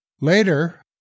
Later